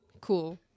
Cool